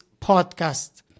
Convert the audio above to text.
podcast